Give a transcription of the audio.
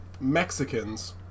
Mexicans